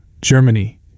Germany